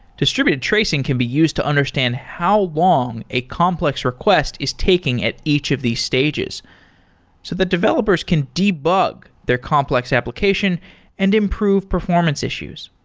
distributed tracing can be used to understand how long a complex request is taking at each of these stages so the developers can debug their complex application and improve performance issues.